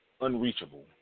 unreachable